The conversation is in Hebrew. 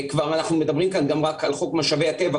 וכבר אנחנו מדברים כאן גם רק על חוק משאבי הטבע.